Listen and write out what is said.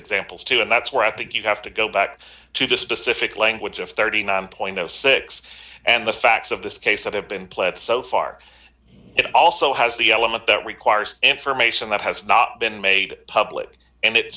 examples too and that's where i think you have to go back to just specific language of thirty nine point zero six and the facts of this case that have been pledged so far it also has the element that requires information that has not been made public and it